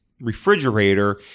refrigerator